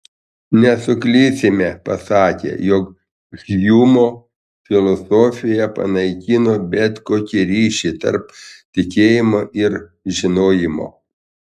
nesuklysime pasakę jog hjumo filosofija panaikino bet kokį ryšį tarp tikėjimo ir žinojimo